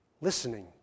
listening